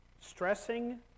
stressing